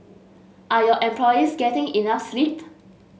are your employees getting enough sleep